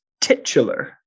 titular